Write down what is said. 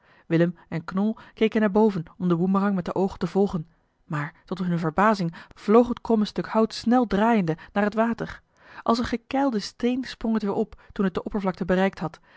willem en knol keken naar boven om den boemerang met de oogen te volgen maar tot hunne verbazing vloog het kromme stuk hout snel draaiende naar het water als een gekeilde steen sprong het weer op toen het de oppervlakte bereikt had